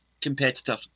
competitor